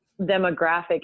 demographic